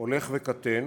הולך וקטן,